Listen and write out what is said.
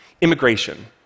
Immigration